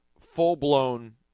full-blown